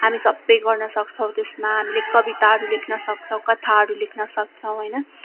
हामी सबै गर्न सक्छौँ त्यसमा हामीले कविताहरू लेख्न सक्छौँ कथाहरू लेख्न सक्छौँ होइन